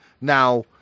now